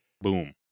boom